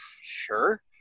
sure